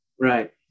Right